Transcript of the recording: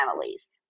families